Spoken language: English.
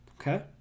Okay